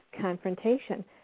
confrontation